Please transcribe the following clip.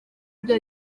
ibyo